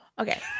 Okay